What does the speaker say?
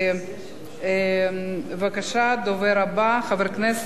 בבקשה, הדובר הבא, חבר הכנסת יעקב כץ.